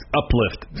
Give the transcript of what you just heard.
uplift